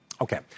Okay